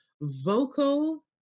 vocal